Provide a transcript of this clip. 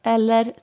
Eller